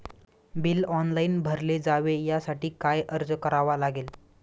Bill online भरले जावे यासाठी काय अर्ज करावा लागेल?